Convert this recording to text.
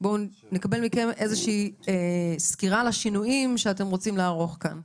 בואו נקבל מכם איזושהי סקירה על השינויים שאתם רוצים לערוך כאן.